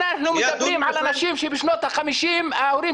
אנחנו מדברים על אנשים שבשנות ה-50' ההורים